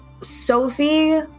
Sophie